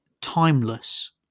timeless